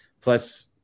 Plus